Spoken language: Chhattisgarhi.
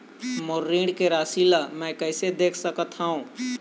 मोर ऋण के राशि ला म कैसे देख सकत हव?